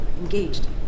engaged